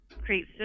create